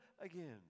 again